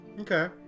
Okay